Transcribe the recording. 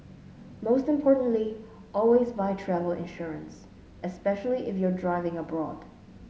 most importantly always buy travel insurance especially if you're driving abroad